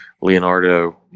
Leonardo